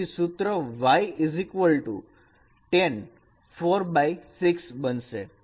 તેથી સૂત્ર y 10 46 બનશે